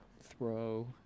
throw